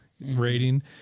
rating